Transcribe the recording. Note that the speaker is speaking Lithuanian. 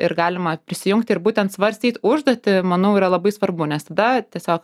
ir galima prisijungti ir būtent svarstyt užduotį manau yra labai svarbu nes tada tiesiog